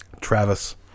Travis